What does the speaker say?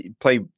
play